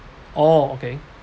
oh okay